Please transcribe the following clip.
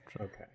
Okay